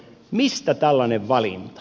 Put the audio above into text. mistä tällainen valinta